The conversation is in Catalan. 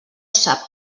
sap